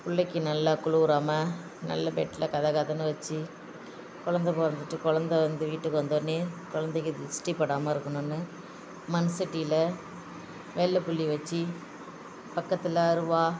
பிள்ளைக்கி நல்லா குளிவுராம நல்ல பெட்டில் கத கதன்னு வச்சு குழந்த பிறந்துட்டு குழந்த வந்து வீட்டுக்கு வந்தோன்னே குழந்தைக்கி திஷ்டி படாம இருக்கணுன்னு மண் சட்டில வெள்ளை புள்ளி வச்சு பக்கத்தில் அருவா